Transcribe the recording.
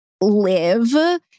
live